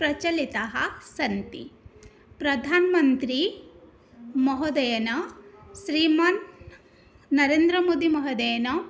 प्रचलिताः सन्ति प्रधानमन्त्रिमहोदयेन श्रीमन् नरेन्द्रमोदि महोदयेन